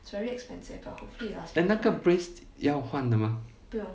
eh then 那个 brace 要换的吗